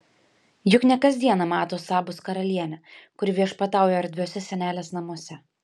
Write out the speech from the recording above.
juk ne kas dieną mato sabos karalienę kuri viešpatauja erdviuose senelės namuose